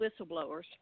whistleblowers